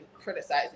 criticizing